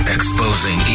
Exposing